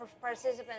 participants